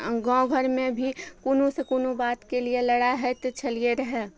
गाँव घरमे भी कोनोसँ कोनो बातके लिये लड़ाइ होइत छलियै रहय